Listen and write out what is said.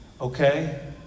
okay